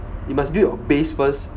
you must build your base first